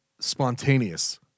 spontaneous